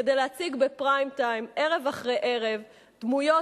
כדי להציג בפריים-טיים ערב אחרי ערב דמויות